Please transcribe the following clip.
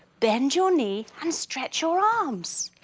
bend your knee and stretch your arms!